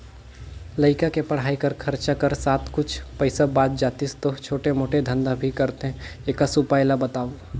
लइका के पढ़ाई कर खरचा कर साथ कुछ पईसा बाच जातिस तो छोटे मोटे धंधा भी करते एकस उपाय ला बताव?